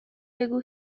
بگو